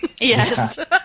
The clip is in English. Yes